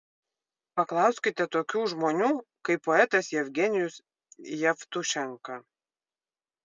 paklauskite tokių žmonių kaip poetas jevgenijus jevtušenka